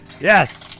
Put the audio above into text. yes